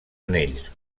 anells